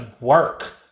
work